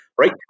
Right